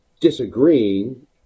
disagreeing